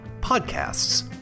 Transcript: podcasts